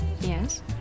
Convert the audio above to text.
Yes